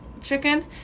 chicken